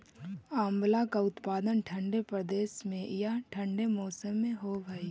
आंवला का उत्पादन ठंडे प्रदेश में या ठंडे मौसम में होव हई